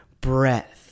breath